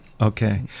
okay